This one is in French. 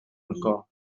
encore